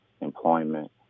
employment